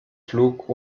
flug